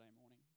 morning